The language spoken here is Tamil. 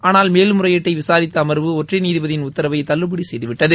ஆனால் மேல் முறையீட்டை விசாரித்த அமர்வு ஒற்றை நீதிபதியின் உத்தரவை தள்ளுபடி செய்துவிட்டது